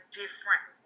different